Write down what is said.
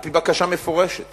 על-פי בקשה מפורשת